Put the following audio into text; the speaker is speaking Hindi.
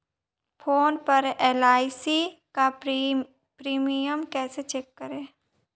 फोन पर एल.आई.सी का प्रीमियम कैसे चेक करें?